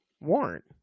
warrant